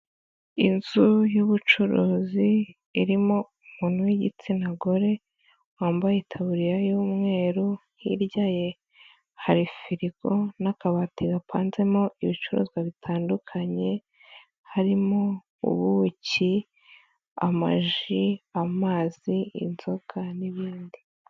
Inzu y'ubucuruzi irimo umuntu w'igitsina gore wambaye itaburiya y'umweru, hirya ye hari firigo n'akabati gapanzemo ibicuruzwa bitandukanye, harimo ubuki, amaji, amazi, inzoga n'ibindi.